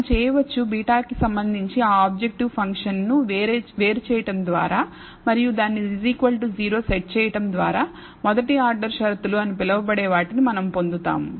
మనం చేయవచ్చు β కి సంబంధించి ఆ ఆబ్జెక్టివ్ ఫంక్షన్ను వేరు చేయడం ద్వారా మరియు దానిని 0 సెట్ చేయడం ద్వారా మొదటి ఆర్డర్ షరతులు అని పిలువబడే వాటిని మనం పొందుతాము